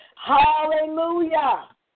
Hallelujah